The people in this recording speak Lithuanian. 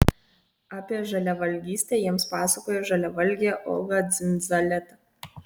apie žaliavalgystę jiems pasakojo žaliavalgė olga dzindzaleta